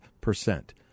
percent